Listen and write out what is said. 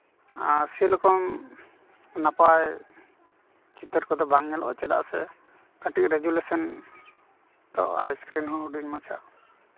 ᱥᱮᱭᱨᱚᱠᱚᱢ ᱱᱟᱯᱟᱭ ᱪᱤᱛᱟᱹᱨ ᱠᱚᱫᱚ ᱵᱟᱝ ᱧᱮᱞᱚᱜᱼᱟ ᱪᱮᱫᱟᱜ ᱥᱮ ᱠᱟᱹᱴᱤᱡ ᱨᱮᱜᱩᱞᱮᱥᱚᱱ ᱟᱨ ᱥᱠᱨᱤᱱ ᱦᱚᱸ ᱦᱩᱰᱤᱧ ᱢᱟᱪᱷᱟ